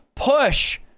Push